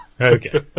Okay